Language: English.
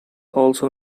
also